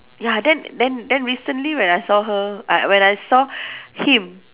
ya then then then recently when I saw her uh when I saw him